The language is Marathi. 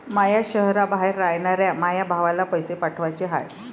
माया शैहराबाहेर रायनाऱ्या माया भावाला पैसे पाठवाचे हाय